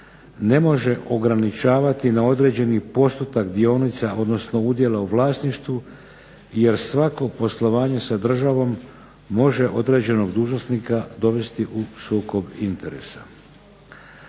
ne može ograničavati na određeni postotak dionica, odnosno udjela u vlasništvu, jer svako poslovanje sa državom može određenog dužnosnika dovesti u sukob interesa.